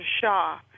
Shah